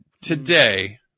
today